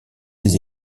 des